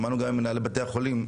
שמענו גם ממנהלי בתי החולים,